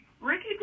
Ricky